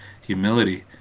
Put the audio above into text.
Humility